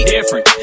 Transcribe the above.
Different